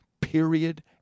Period